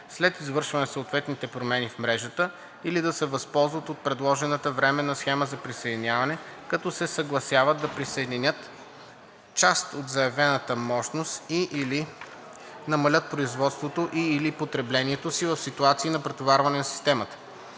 след извършване на съответните промени в мрежата, или да се възползват от предложената временна схема на присъединяване, като се съгласяват да присъединят част от заявената мощност и/или да намалят производството и/или потреблението си в ситуации на претоварване на системата.